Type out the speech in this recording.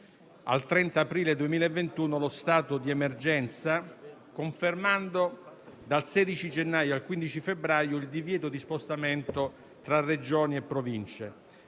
al 30 aprile 2021 lo stato di emergenza, confermando dal 16 gennaio al 15 febbraio il divieto di spostamento tra regioni e province;